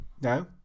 no